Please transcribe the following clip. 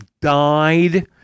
died